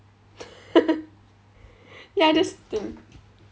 ya that's the thing